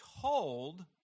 told